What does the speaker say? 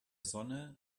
sonne